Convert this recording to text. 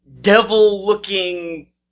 devil-looking